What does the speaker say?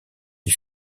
des